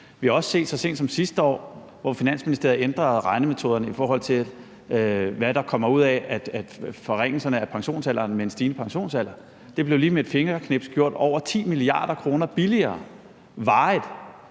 Vi har også så sent som sidste år set, hvordan Finansministeriet ændrede regnemetoderne, i forhold til hvad der kommer ud af forringelserne af pensionsalderen med en stigende pensionsalder. Det blev lige med et fingerknips gjort over 10 mia. kr. billigere varigt